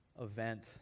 event